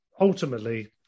ultimately